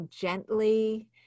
gently